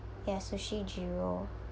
ya Sushi Giro